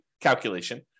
calculation